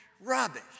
rubbish